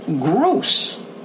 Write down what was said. gross